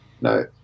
no